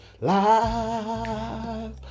life